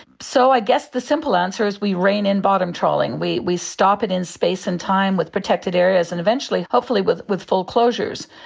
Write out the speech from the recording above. so i guess the simple answer is we rein in bottom trawling, we we stop it in space and time with protected areas and eventually hopefully with with full closures.